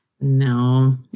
No